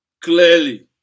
clearly